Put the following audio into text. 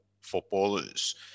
footballers